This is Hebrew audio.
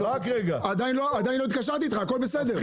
רק רגע, עדיין לא התקשרתי איתך, הכול בסדר.